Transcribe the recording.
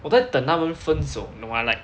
我在等他们分手你懂吗 like